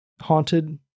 haunted